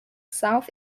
south